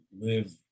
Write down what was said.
live